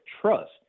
trust